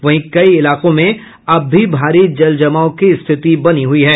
वहीं कई इलाकों में अब भी भारी जल जमाव की स्थिति बनी हुई है